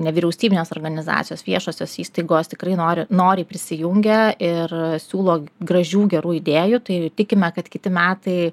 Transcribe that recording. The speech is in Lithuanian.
nevyriausybinės organizacijos viešosios įstaigos tikrai nori noriai prisijungia ir siūlo gražių gerų idėjų tai tikime kad kiti metai